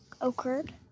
occurred